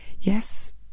Yes